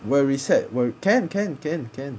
will reset will can can can can